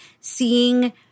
seeing